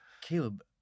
Caleb